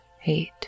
hate